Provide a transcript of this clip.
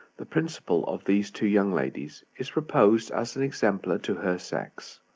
the principle of these two young ladies is proposed as an exemplar to her sex.